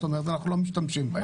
זאת אומרת, אנחנו לא משתמשים בהם.